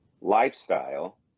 lifestyle